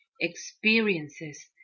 Experiences